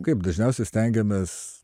kaip dažniausiai stengiamės